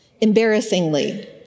Embarrassingly